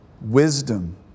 wisdom